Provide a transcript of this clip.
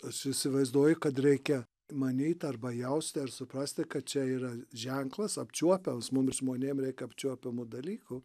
aš įsivaizduoju kad reikia manyt arba jausti ar suprasti kad čia yra ženklas apčiuopiamas mum žmonėm reikia apčiuopiamų dalykų